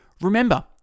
Remember